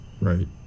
Right